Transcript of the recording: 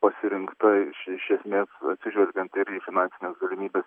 pasirinkta iš iš esmės atsižvelgiant ir į finansines galimybes